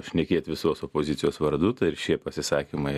šnekėt visos opozicijos vardu tai ir šie pasisakymai